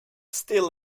still